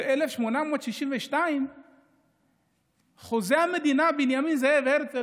ב-1862 חוזה המדינה בנימין זאב הרצל,